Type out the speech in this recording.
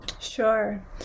sure